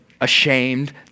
ashamed